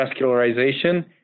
vascularization